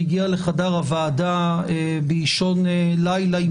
הוא הגיע לחדר הוועדה באישון לילה עם